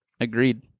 Agreed